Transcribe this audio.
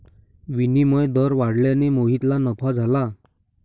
विनिमय दर वाढल्याने मोहितला नफा झाला